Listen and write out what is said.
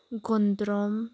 ꯈꯣꯡꯗ꯭ꯔꯨꯝ